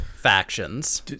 factions